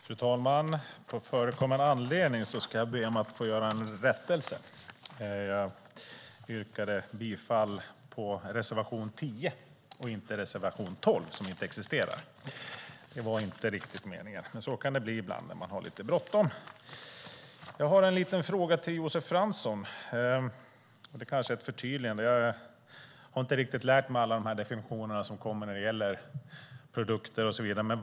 Fru talman! På förekommen anledning ska jag be att få göra en rättelse. Jag yrkar bifall till reservation 10 och inte till reservation 12, som inte existerar. Det var inte meningen, men så kan det bli ibland när man har lite bråttom. Jag har en fråga till Josef Fransson, eller det kanske är mer av ett förtydligande. Jag har inte riktigt lärt mig alla definitioner som kommer när det gäller produkter och så vidare.